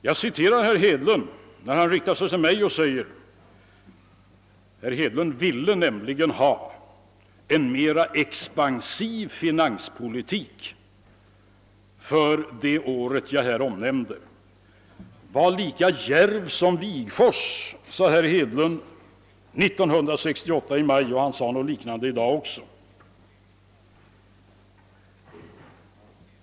Jag citerar herr Hedlund då han riktar sig till mig — han ville nämligen ha en mera expansiv finanspolitik för det år jag här nämnde: >Var lika djärv som Wigforss!>, sade herr Hedlund i maj 1968. I dag sade han något liknande.